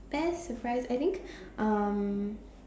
best surprise I think um